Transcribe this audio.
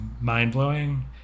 mind-blowing